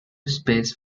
space